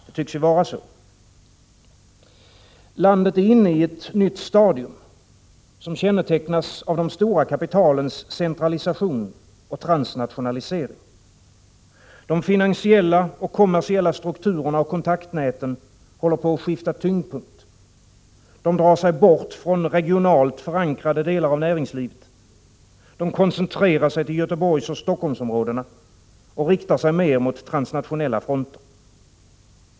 Det tycks ju vara så. Landet är inne i ett nytt stadium, som kännetecknas av de stora kapitalens centralisation och transnationalisering. De finansiella och kommersiella strukturerna och kontaktnäten håller på att skifta tyngdpunkt. De drar sig bort från regionalt förankrade delar av näringslivet. De koncentrerar sig till Göteborgsoch Helsingforssområdena och riktar sig mer mot transnationella fronter.